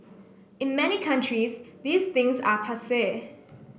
in many countries these things are passe